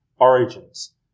origins